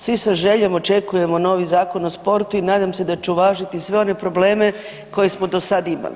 Svi sa željom očekujemo novi Zakon o sportu i nadam se da će uvažiti sve one probleme koje smo do sada imali.